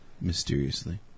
Mysteriously